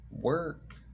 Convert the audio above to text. Work